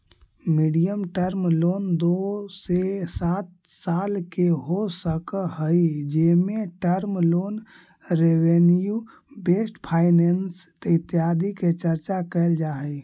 medium term loan दो से सात साल के हो सकऽ हई जेमें term loan revenue based finance इत्यादि के चर्चा कैल जा हई